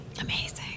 Amazing